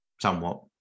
somewhat